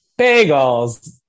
Bagels